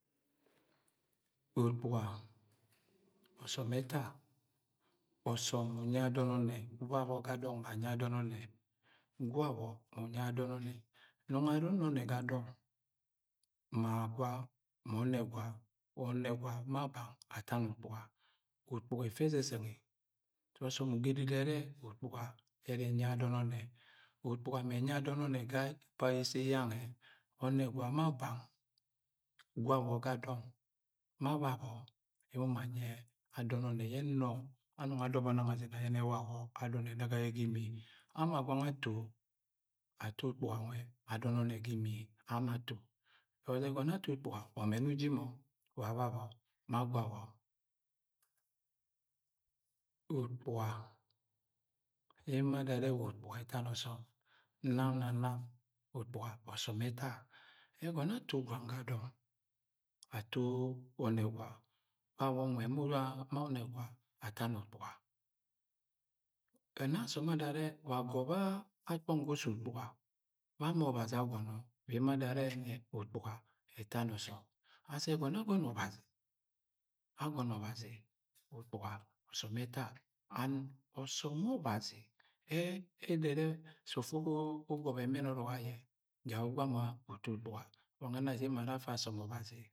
Ukpuga ọsọm ẹta. Ọsọm unyi ẹ adọn onne. Badọ ga dong ma anyi e̱ adọn. Gwawọ mu unyi ẹ adọn ọnnẹ. Nọngo arre ọnẹnẹ ga dọng ọnẹswa ma bang atani ukpuga. Ukpuga ẹfẹ ezẹ zẹ ngi. Sẹ ọsọm ugẹr e edodoro ẹrẹ ukpuga mẹ enyi ẹ adon ukpuga mẹ enyi ẹ adọn ọnnẹ ga part ise yange. Ọnegwa ma bang. Gwawo ga dọng emo ma anyi ẹ adon onne yẹ anong adobo nang azẹnẹ ayenẹ babo. Ama gwang ato, ato ukpuga nwẹ adọn ọnnẹ sa imi ama ato. Because egọnọ ato ukpuga, ọmẹn uji mọ! Wa babọ ma gwawọ. Ukpuga yẹ emo a dorogie ukpuga ẹtani ọsọm. Nang na nam ukpuga ọsọm ẹta. Ẹgọnọ ato gwang ga dọng eto onegwa. Wawọ nwẹ ma ọnẹgwa atani ukpuga. wa agobe ukpọng ga osẹ ukpuga ma bẹ ama ọbazi agọnọ wa emo adoro are ukpuga etani ọsọm ashi ẹgọnọ agọnọ ọbazi, agọnọ ọbazi ukpuga ọsọm ẹta. And ọsọm wẹ ọbazi ẹ doro ẹrẹ sẹ ufu agọbọ ẹmẹn ọrọk aye ja ugwama uto ukpuga. Wa nwe je emo aro afe ọbazi.